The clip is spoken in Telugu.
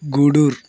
గూడూరు